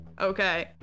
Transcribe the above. Okay